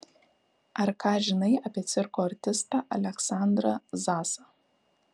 ar ką žinai apie cirko artistą aleksandrą zasą